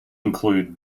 included